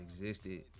existed